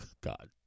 God